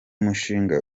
mushinga